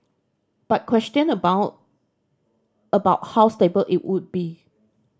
but question abound about how stable it would be